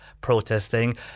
protesting